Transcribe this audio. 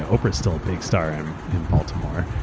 ah oprah's still a big star um in baltimore.